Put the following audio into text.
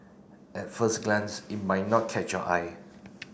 at first glance it might not catch your eye